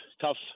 tough